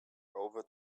over